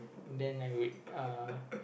then I would uh